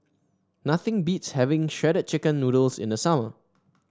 nothing beats having Shredded Chicken Noodles in the summer